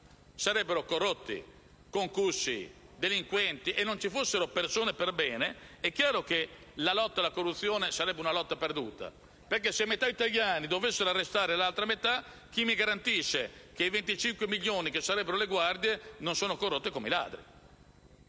sarebbero corrotti, concussi e delinquenti e non ci sarebbero persone perbene; è chiaro che, in questo caso, la lotta alla corruzione sarebbe una lotta perduta. Se infatti metà degli italiani dovesse arrestare l'altra metà, chi mi garantisce che i 25 milioni che sarebbero le guardie non sono corrotti come gli altri?